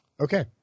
Okay